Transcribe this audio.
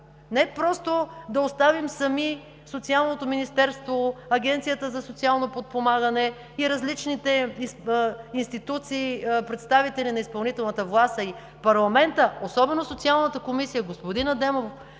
Не просто да оставим сами Социалното министерство, Агенцията за социално подпомагане и различните институции, представители на изпълнителната власт, а и парламента, особено Социалната комисия – господин Адемов,